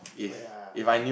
oh ya